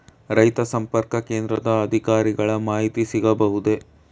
ರೈತ ಸಂಪರ್ಕ ಕೇಂದ್ರದ ಅಧಿಕಾರಿಗಳ ಮಾಹಿತಿ ಸಿಗಬಹುದೇ?